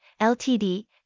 LTD